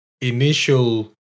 initial